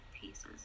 pieces